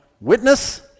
witness